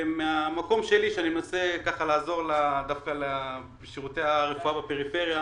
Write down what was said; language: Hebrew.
מהמקום שלי שאני מנסה דווקא לעזור לשירותי הרפואה בפריפריה,